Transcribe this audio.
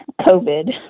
COVID